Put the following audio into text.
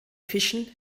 fischen